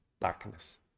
darkness